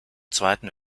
zweiten